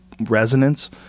resonance